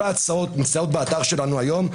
כל ההצעות נמצאות באתר שלנו היום,